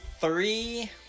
Three